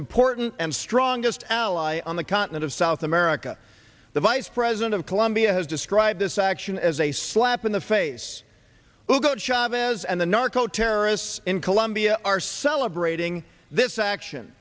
important and strongest ally on the continent of south america the vice president of colombia has described this action as a slap in the face hugo chavez and the narco terrorists in colombia are celebrating this action